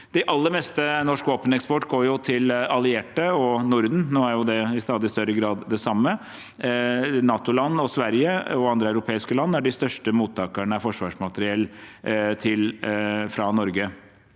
Det aller meste av norsk våpeneksport går til allierte og til Norden – nå er jo det i stadig større grad det samme. NATO-land og Sverige og andre europeiske land er de største mottakerne av forsvarsmateriell fra Norge.